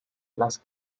las